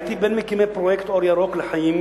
הייתי בין מקימי פרויקט 'אור ירוק לחיים',